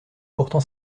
pourtant